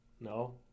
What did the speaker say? No